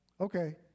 Okay